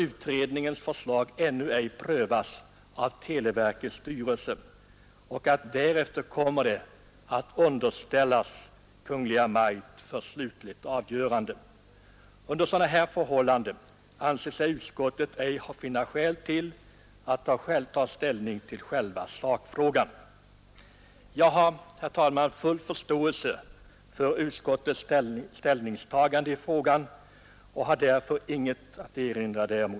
Utredningens förslag har ännu ej prövats av 163 televerkets styrelse, men när så skett kommer det att underställas Kungl. Maj:t för slutligt avgörande. Under sådana förhållanden anser sig utskottet ej ha skäl att ta ställning till själva sakfrågan. Jag har full förståelse för utskottets ståndpunkt och har därför inget att erinra.